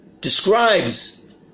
describes